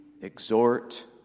exhort